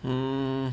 hmm